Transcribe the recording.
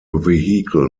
vehicle